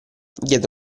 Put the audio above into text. diede